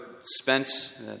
spent